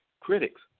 critics